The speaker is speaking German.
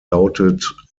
lautet